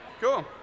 cool